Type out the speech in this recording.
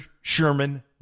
Sherman